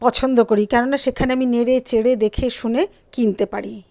পছন্দ করি কেন না সেখানে আমি নেড়ে চেড়ে দেখে শুনে কিনতে পারি